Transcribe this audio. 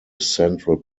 central